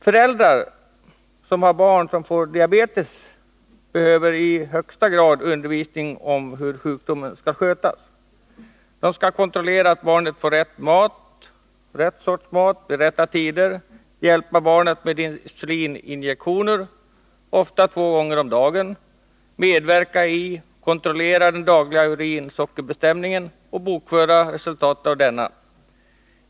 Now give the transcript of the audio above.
Föräldrar till barn som har fått diabetes behöver i högsta grad undervisning om hur sjukdomen skall skötas. De skall kontrollera att barnet får rätt sorts mat på rätta tider, hjälpa barnet med insulininjektioner, som ofta skall ges två gånger om dagen, medverka i och kontrollera den dagliga urinsockerbestämningen samt bokföra resultatet av denna.